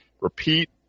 repeat